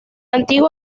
antigua